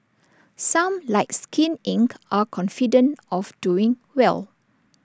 some like skin Inc are confident of doing well